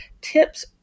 tips